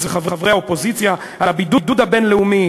וחברי האופוזיציה על הבידוד הבין-לאומי